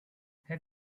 have